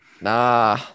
Nah